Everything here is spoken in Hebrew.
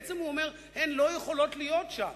בעצם הוא אומר שהן לא יכולות להיות שם,